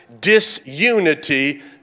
Disunity